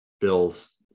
bills